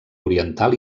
oriental